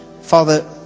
Father